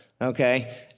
Okay